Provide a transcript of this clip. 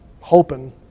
hoping